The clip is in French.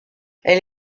elle